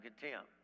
contempt